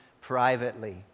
privately